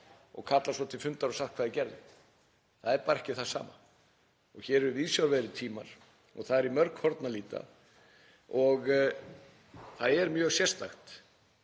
og kallað svo til fundar og sagt hvað þeir gerðu. Það er bara ekki það sama. Hér eru viðsjárverðir tímar og það er í mörg horn að líta og það er mjög sérstakt